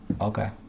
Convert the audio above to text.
Okay